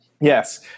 Yes